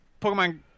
Pokemon